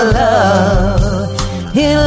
love